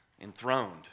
enthroned